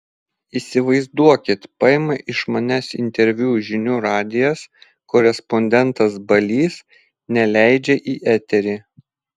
įsivaizduokit paima iš manęs interviu žinių radijas korespondentas balys neleidžia į eterį